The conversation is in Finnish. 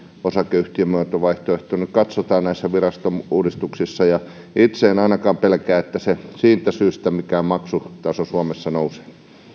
osakeyhtiömuotovaihtoehto nyt katsotaan näissä virastouudistuksissa itse en ainakaan pelkää että siitä syystä mikään maksutaso suomessa nousee